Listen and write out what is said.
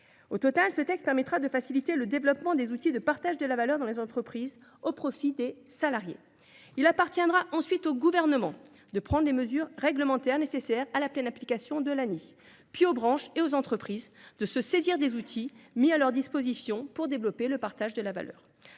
Au total, ce texte facilitera le développement des outils de partage de la valeur dans les entreprises, au profit des salariés. Il appartiendra ensuite au Gouvernement de prendre les mesures réglementaires nécessaires à la pleine application de l’ANI, puis aux branches et aux entreprises de se saisir des outils mis à leur disposition pour développer le partage de la valeur.